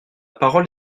parole